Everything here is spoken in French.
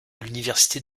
l’université